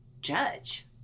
judge